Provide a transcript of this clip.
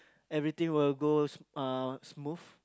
everything will go s~ uh smooth